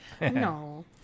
No